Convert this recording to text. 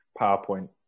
PowerPoint